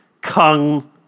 Kung